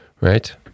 Right